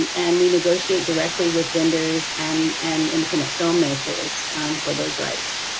and we negotiate directly with vendors and and infinite film makers for those rights.